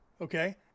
Okay